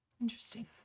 Interesting